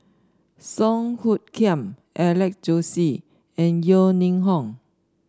Song Hoot Kiam Alex Josey and Yeo Ning Hong